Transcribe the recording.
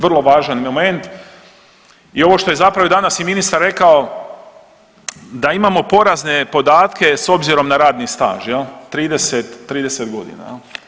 Vrlo važan moment, i ovo što je zapravo danas i ministar rekao, da imamo porazne podatke s obzirom na radni staž, je li, 30, 30 godina.